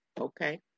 Okay